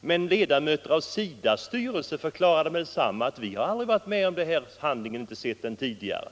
Men ledamöter av SIDA:s styrelse förklarar att de inte varit med om detta och aldrig sett denna handling tidigare.